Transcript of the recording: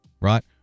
right